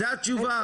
זו התשובה?